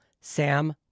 Sam